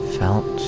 felt